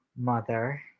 mother